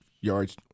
yards